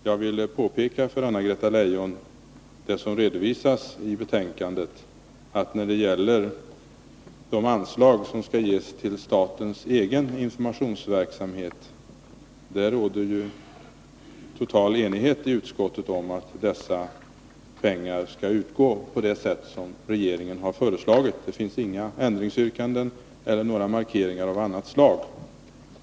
Jag vill påpeka för Anna-Greta Leijon det som redovisas i betänkandet, att det när det gäller de anslag som skall ges till statens egen informationsverksamhet råder total enighet i utskottet om att dessa pengar skall utgå på det sätt som regeringen har föreslagit. Det finns inga ändringsyrkanden eller några markeringar av annat slag.